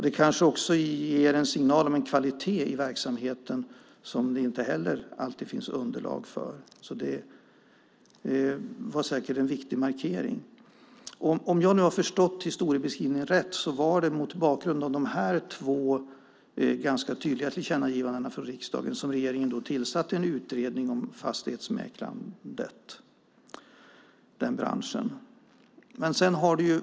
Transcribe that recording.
Det kanske också ger en signal om en kvalitet i verksamheten som det inte heller alltid finns underlag för. Det var säkert en viktig markering. Om jag nu har förstått historieskrivningen rätt var det mot bakgrund av de två ganska tydliga tillkännagivandena från riksdagen som regeringen tillsatte en utredning om fastighetsmäklarbranschen.